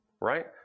right